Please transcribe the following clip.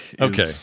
Okay